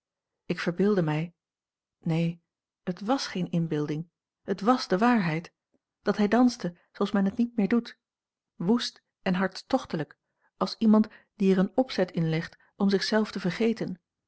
ik verbeeldde mij neen het wàs geene inbeelding het wàs de waarheid dat hij danste zooals men het niet meer doet woest en hartstochtelijk als iemand die er een opzet in legt om zich zelf te vergeten